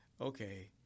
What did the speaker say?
Okay